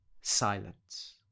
Silence